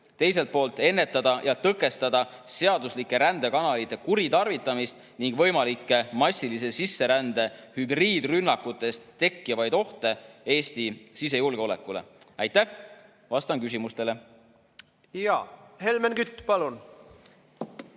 teiselt poolt ennetada ja tõkestada seaduslike rändekanalite kuritarvitamist ning võimalikest massilise sisserände hübriidrünnakutest tekkivaid ohte Eesti sisejulgeolekule. Aitäh! Vastan küsimustele. Hea juhataja!